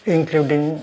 Including